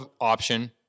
option